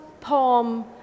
poem